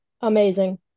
Amazing